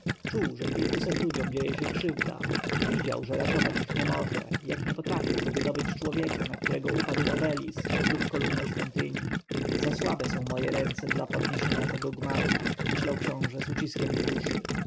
czuł że kilkuset ludziom dzieje się krzywda i widział że ratować ich nie może jak nie potrafiłby wydobyć człowieka na którego upadł obelisk albo kolumna świątyni za słabe są moje ręce do podniesienia tego gmachu myślał książę z uciskiem w duszy